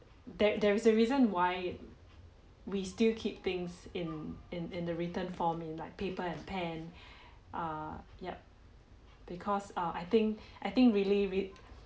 there there is a reason why we still keep things in in in the written form in like paper and pen err yup because uh I think I think really re~